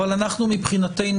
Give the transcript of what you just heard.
אבל אנחנו מבחינתנו,